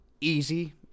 easy